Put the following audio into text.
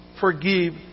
forgive